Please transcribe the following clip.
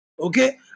Okay